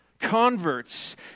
converts